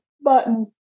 button